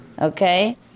Okay